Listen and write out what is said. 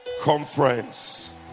conference